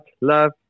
love